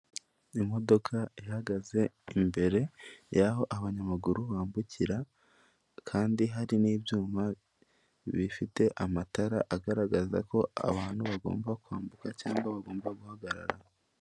Imodoka ihagaze imbere y'aho abanyamaguru bambukira kandi hari n'ibyuma bifite amatara agaragaza ko abantu bagomba kwambuka cyangwa bagomba guhagarara.